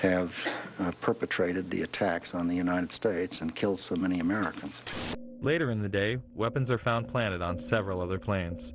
have perpetrated the attacks on the united states and killed so many americans later in the day weapons are found planted on several other plan